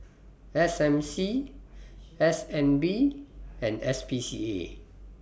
S M C S N B and S P C A